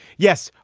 yes.